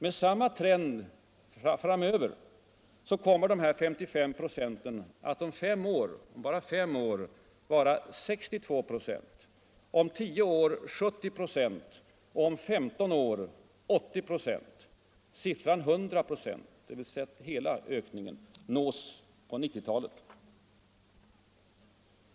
Med samma trend framöver kommer dessa 55 96 att om fem år — bara fem år — vara 62 96, om tio år 70 26 och om femton år 80 96. Siffran 100 926, dvs. hela ökningen, nås på 1990-talet.